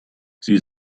sie